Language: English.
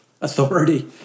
authority